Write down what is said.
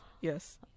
yes